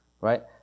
right